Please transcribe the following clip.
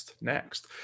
next